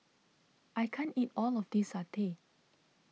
I can't eat all of this Satay